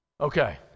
Okay